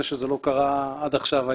זה שזה לא קרה עד עכשיו,